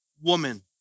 woman